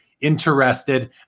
interested